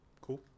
Cool